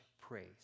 praise